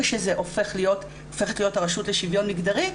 שזה הופך להיות הרשות לשוויון מגדרי,